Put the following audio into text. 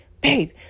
babe